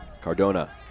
Cardona